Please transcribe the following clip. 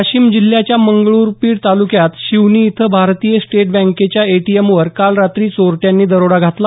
वाशिम जिल्ह्याच्या मंगरुळपीर तालुक्यात शिवनी इथं भारतीय स्टेट बँकेच्या एटीएमवर काल रात्री चोरट्यांनी दरोडा घातला